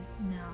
No